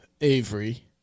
Avery